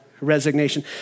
resignation